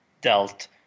dealt